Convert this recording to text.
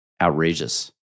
outrageous